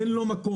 אין לו מקום,